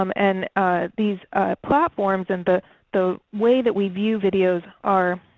um and these platforms and the the way that we view videos are